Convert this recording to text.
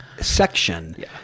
section